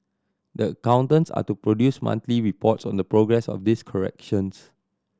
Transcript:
the accountants are to produce monthly reports on the progress of these corrections